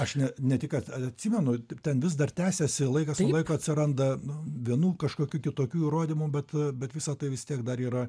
aš ne ne tik kad atsimenu ten vis dar tęsiasi laikas nuo laiko atsiranda nu vienų kažkokių kitokių įrodymų bet bet visa tai vis tiek dar yra